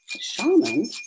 shaman